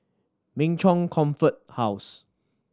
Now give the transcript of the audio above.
Min Chong Comfort House